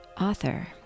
author